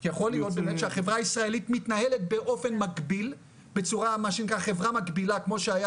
כי יכול להיות באמת שהחברה הישראלית מתנהלת בצורה מקבילה כמו שהיה